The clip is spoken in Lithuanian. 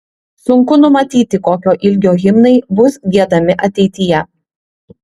sunku numatyti kokio ilgio himnai bus giedami ateityje